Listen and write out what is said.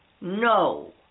No